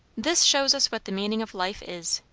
this shows us what the meaning of life is,